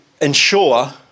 ensure